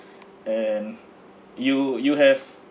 and you you have